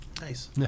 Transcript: nice